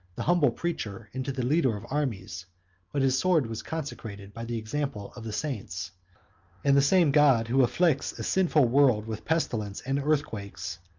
the humble preacher into the leader of armies but his sword was consecrated by the example of the saints and the same god who afflicts a sinful world with pestilence and earthquakes,